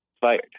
fired